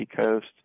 coast